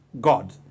God